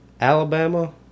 Alabama